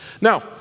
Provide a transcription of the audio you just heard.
Now